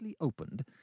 opened